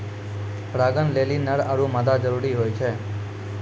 परागण लेलि नर आरु मादा जरूरी होय छै